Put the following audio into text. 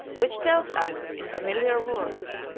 which tells us in familiar words,